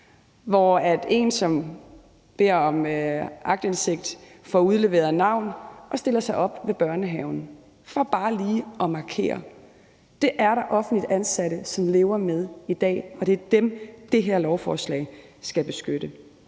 hvor en, som beder om aktindsigt, får udleveret navn og stiller sig op ved børnehaven for bare lige at markere. Det er der offentligt ansatte som lever med i dag, og det er dem, det her lovforslag skal beskytte.